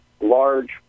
large